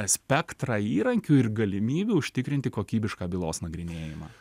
spektrą įrankių ir galimybių užtikrinti kokybišką bylos nagrinėjimą